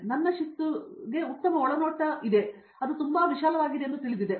ಅದು ನನ್ನ ಶಿಸ್ತುಗೆ ಉತ್ತಮ ಒಳನೋಟಗಳನ್ನು ನೀಡುತ್ತದೆ ಮತ್ತು ಅದು ತುಂಬಾ ವಿಶಾಲವಾಗಿದೆ ಎಂದು ನಿಮಗೆ ತಿಳಿದಿದೆ